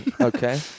okay